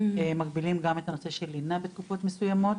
מגבילים גם הנושא של הלינה בתקופות מסוימות